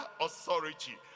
authority